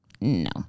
no